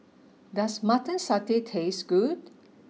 does Mutton Satay taste good